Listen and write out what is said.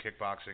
kickboxing